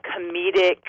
comedic